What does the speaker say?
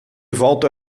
volta